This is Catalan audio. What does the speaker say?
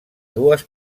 dues